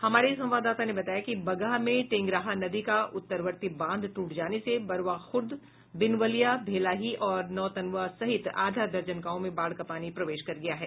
हमारे संवाददाता ने बताया कि बगहा में टेंगराहा नदी का उत्तरवर्ती बांध ट्रट जाने से बरवा खूर्द बिनवलिया भेलाही और नौतनवा सहित आधा दर्जन गांवों में बाढ़ का पानी प्रवेश कर गया है